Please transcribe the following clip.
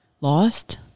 Lost